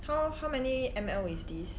how how many M_L is this